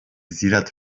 زیرت